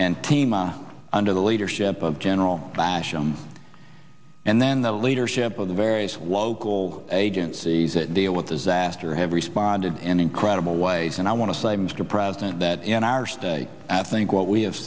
and team under the leadership of general basham and then the leadership of the various local agencies that deal with disaster have responded in incredible ways and i want to say mr president that in our stay at think what we have